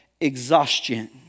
exhaustion